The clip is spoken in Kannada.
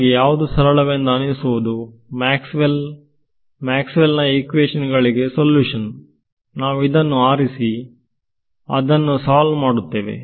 ನಿಮಗೆ ಯಾವುದು ಸರಳವೆಂದು ಅನಿಸುವುದು ಮ್ಯಾಕ್ಸ್ವೆಲ್ ಮ್ಯಾಕ್ಸ್ವೆಲ್ ನ ಈಕ್ವೇಶನ್ ಗಳಿಗೆ ಸಲ್ಯೂಷನ್ ನಾವು ಇದನ್ನು ಆರಿಸಿ ಇದನ್ನು ಸೊಲ್ವ್ ಮಾಡುತ್ತೇವೆ